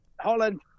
Holland